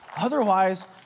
Otherwise